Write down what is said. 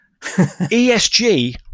ESG